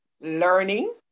learning